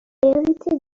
hériter